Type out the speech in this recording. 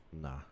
Nah